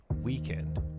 weekend